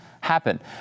happen